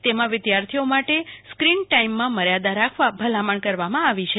તેમાં વિદ્યાર્થીઓ માટે સ્ક્રીન ટાઈમમાં મર્યા રાખવા ભલામણ કરવામાં આવી છે